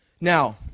Now